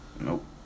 nope